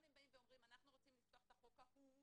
אם אתם רוצים לשנות לא?